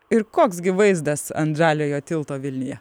ir koks gi vaizdas ant žaliojo tilto vilniuje